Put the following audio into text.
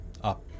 up